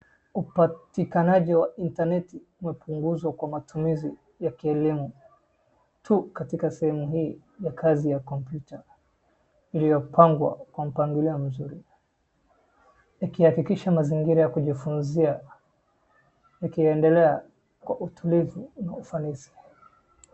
Upatikanaji wa intaneti umepunguzwa kwa matumizi ya kielimu. Tu katika sehemu hii ya kazi ya kompyuta iliyopangwa kwa mpangilio mzuri ikihakikisha mazingira ya kujifunzia yakiendelea kwa utulivu na ufanisi.